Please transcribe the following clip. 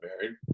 married